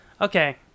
Okay